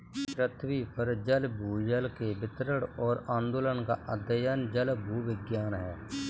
पृथ्वी पर जल भूजल के वितरण और आंदोलन का अध्ययन जलभूविज्ञान है